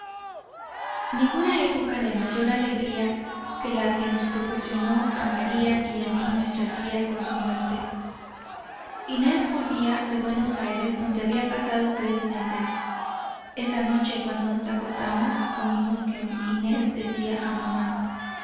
ninguna época de mayor alegría que la que nos proporcionó a maría y a mí nuestra tía con su muerte inés volvía de buenos aires donde había pasado tres meses esa noche cuando nos acostábamos oímos que inés decía a mamá